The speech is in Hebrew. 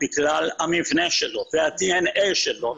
בגלל המבנה שלו וה-דנא שלו,